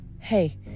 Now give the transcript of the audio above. Hey